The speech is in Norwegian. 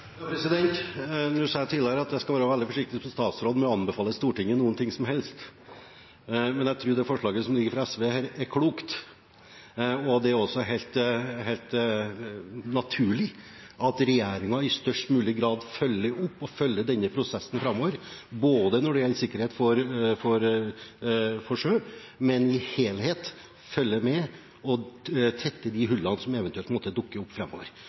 Nå sa jeg tidligere at jeg som statsråd skal være veldig forsiktig med å anbefale Stortinget noe som helst, men jeg tror forslaget som ligger fra SV her, er klokt. Det er også helt naturlig at regjeringen i størst mulig grad følger opp og følger denne prosessen framover når det gjelder sikkerhet til sjøs, men også i helhet følger med og tetter de hullene som eventuelt måtte dukke opp framover.